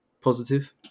positive